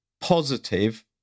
positive